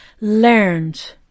learned